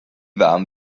warm